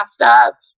up